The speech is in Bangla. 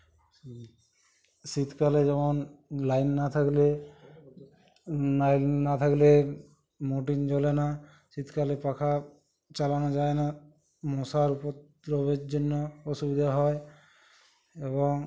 শীতকালে যেমন লাইন না থাকলে লাইন না থাকলে মর্টিন জ্বলে না শীতকালে পাখা চালানো যায় না মশার উপদ্রবের জন্য অসুবিধে হয় এবং